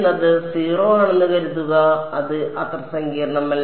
എന്നത് 0 ആണെന്ന് കരുതുക അത് അത്ര സങ്കീർണ്ണമല്ല